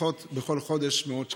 חוסכות בכל חודש מאות שקלים.